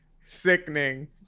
sickening